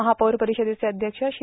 महापौर परिषदेचे अध्यक्ष श्री